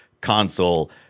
console